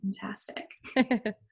Fantastic